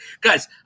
guys